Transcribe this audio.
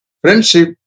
friendship